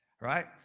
right